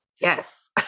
Yes